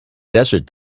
desert